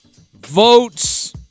votes